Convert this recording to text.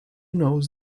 knows